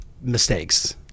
mistakes